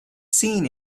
seen